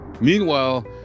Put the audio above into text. Meanwhile